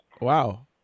Wow